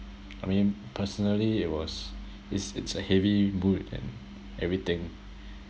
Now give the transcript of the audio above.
I mean personally it was it's it's a heavy mood and everything